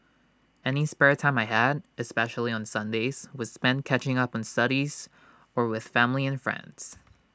any spare time I had especially on Sundays was spent catching up on studies or with family and friends